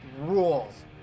rules